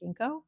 Ginkgo